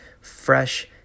fresh